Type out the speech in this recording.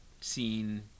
seen